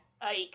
Ike